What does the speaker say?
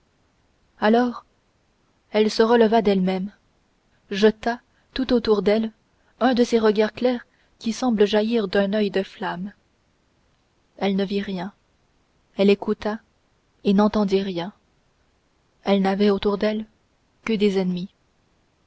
alors elle se releva d'elle-même jeta tout autour d'elle un de ces regards clairs qui semblaient jaillir d'un oeil de flamme elle ne vit rien elle écouta et n'entendit rien elle n'avait autour d'elle que des ennemis